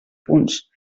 punts